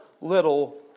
little